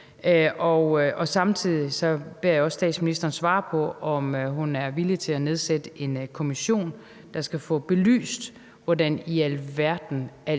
Samtidig beder jeg også statsministeren svare på, om hun er villig til at nedsætte en kommission, der skal få belyst, hvordan i alverden alt